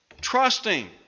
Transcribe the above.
Trusting